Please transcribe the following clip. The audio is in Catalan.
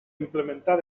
implementar